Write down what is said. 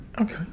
okay